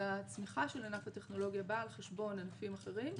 הצמיחה של ענף הטכנולוגיה באה על חשבון ענפים אחרים,